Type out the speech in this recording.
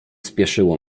spieszyło